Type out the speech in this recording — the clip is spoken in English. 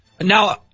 Now